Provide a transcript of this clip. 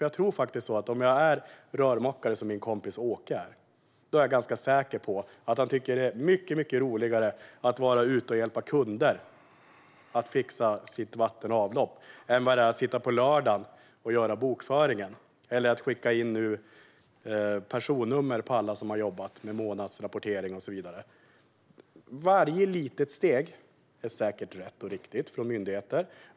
Jag tror nämligen att om man är rörmokare, som min kompis Åke är, tycker man att det är mycket roligare att vara ute och hjälpa kunder att fixa vatten och avlopp än att sitta på lördagen och göra bokföringen eller att skicka in personnummer på alla som har jobbat med månadsrapportering och så vidare. Varje litet steg från myndigheterna är säkert rätt och riktigt.